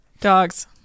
Dogs